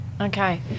Okay